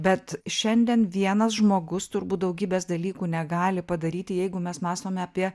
bet šiandien vienas žmogus turbūt daugybės dalykų negali padaryti jeigu mes mąstome apie